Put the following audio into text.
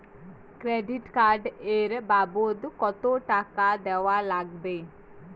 Credit card এর বাবদ কতো টাকা দেওয়া লাগবে?